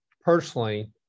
personally